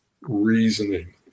reasoning